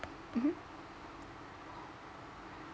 mmhmm